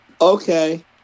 okay